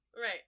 Right